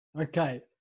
Okay